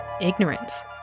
ignorance